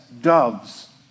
doves